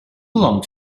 belong